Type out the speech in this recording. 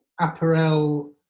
apparel